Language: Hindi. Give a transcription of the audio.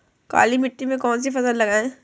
काली मिट्टी में कौन सी फसल लगाएँ?